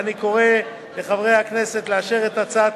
ואני קורא לחברי הכנסת לאשר את הצעת